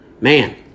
Man